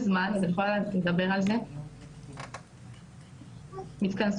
שסביבה שאנחנו יוצאים אליה בשביל שתוציא אותנו